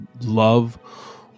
love